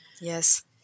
Yes